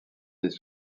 des